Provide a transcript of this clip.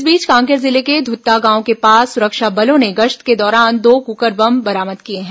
इस बीच कांकेर जिले के धुत्ता गांव के पास सुरक्षा बलों ने गश्त के दौरान दो कुकर बम बरामद किए हैं